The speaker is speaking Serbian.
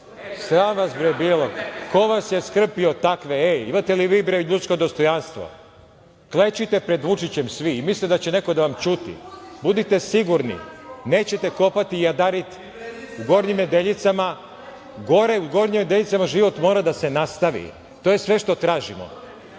Sram vas bre bilo, ko vas je skrpio takve. E, imate li vi bre ljudsko dostojanstvo? Klečite pred Vučićem svi i mislite da će neko da vam ćuti. Budite sigurni, nećete kopati jadarit u Gornjim Nedeljicama, gore u Gornjim Nedeljicama mora da se nastavi, to je sve što tražimo.A